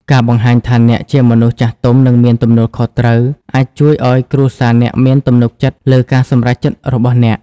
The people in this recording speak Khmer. ការបង្ហាញថាអ្នកជាមនុស្សចាស់ទុំ និងមានទំនួលខុសត្រូវ អាចជួយឲ្យគ្រួសារអ្នកមានទំនុកចិត្តលើការសម្រេចចិត្តរបស់អ្នក។